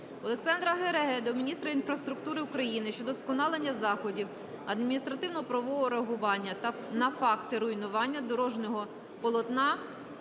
Олександра Гереги до міністра інфраструктури України щодо вдосконалення заходів адміністративно-правового реагування на факти руйнування дорожнього полотна